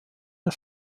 der